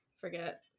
Forget